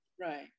Right